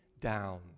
down